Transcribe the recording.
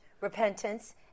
repentance